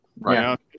Right